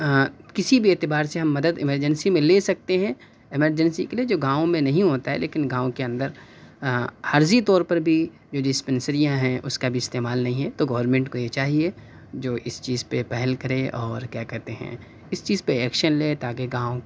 کسی بھی اعتبار سے ہم مدد ایمرجنسی میں لے سکتے ہیں ایمرجنسی کے لیے جو گاؤں میں نہیں ہوتا ہے لیکن گاؤں کے اندر عرضی طور پر بھی جو ڈسپنسریاں ہیں اس کا بھی استعمال نہیں ہے تو گورمنٹ کو یہ چاہیے جو اس چیز پہ پہل کرے اور کیا کہتے ہیں اس چیز پہ ایکشن لے تاکہ گاؤں